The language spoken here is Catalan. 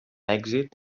èxit